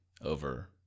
over